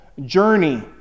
journey